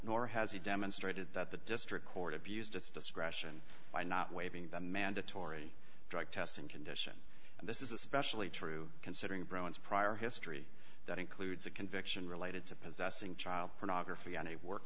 nor has he demonstrated that the district court abused its discretion by not waiving the mandatory drug testing condition and this is especially true considering bro it's prior history that includes a conviction related to possessing child pornography on a work